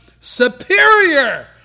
superior